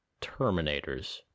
Terminators